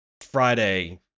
Friday